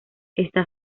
está